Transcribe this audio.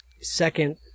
second